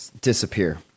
disappear